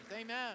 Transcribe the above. Amen